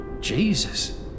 Jesus